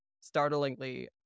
startlingly